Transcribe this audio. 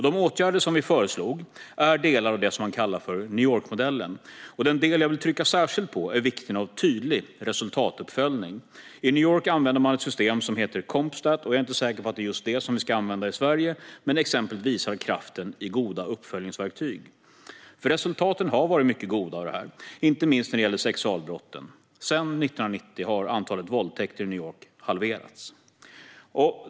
De åtgärder vi föreslog är delar av det man kallar New York-modellen, och den del som jag vill trycka särskilt på är vikten av tydlig resultatuppföljning. I New York använder man ett system som heter Compstat. Jag är inte säker på att det är just det vi ska använda i Sverige, men exemplet visar kraften i goda uppföljningsverktyg. Resultaten har nämligen varit mycket goda, inte minst när det gäller sexualbrotten. Sedan 1990 har antalet våldtäkter i New York halverats.